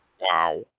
Wow